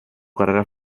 carrera